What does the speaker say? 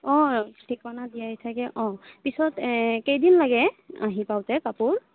অঁ ঠিকনা দিয়াই থাকে অঁ পিছত কেইদিন লাগে আহি পাওঁতে কাপোৰ